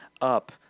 up